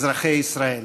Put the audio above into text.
אזרחי ישראל.